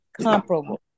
comparable